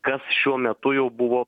kas šiuo metu jau buvo